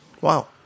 Wow